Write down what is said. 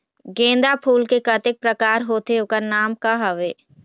गेंदा फूल के कतेक प्रकार होथे ओकर नाम का हवे?